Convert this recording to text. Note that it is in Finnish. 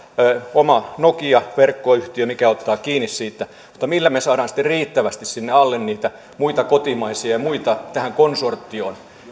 oma nokia verkkoyhtiö joka ottaa kiinni siitä mutta millä me saamme sitten riittävästi sinne alle niitä muita kotimaisia ja muita tähän konsortioon